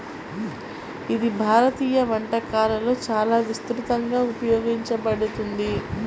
ఇది భారతీయ వంటకాలలో చాలా విస్తృతంగా ఉపయోగించబడుతుంది